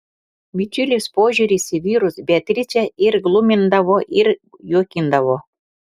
bičiulės požiūris į vyrus beatričę ir glumindavo ir juokindavo